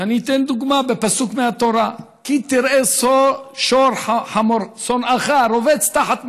אני אתן דוגמה מפסוק מהתורה: "כי תראה חמור שנאך רבץ תחת משאו,